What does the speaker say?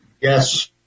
Yes